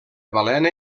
balena